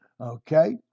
okay